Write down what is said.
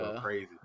crazy